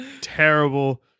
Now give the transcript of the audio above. terrible